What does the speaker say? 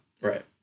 Right